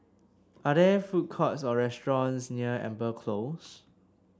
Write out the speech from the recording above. are there food courts or restaurants near Amber Close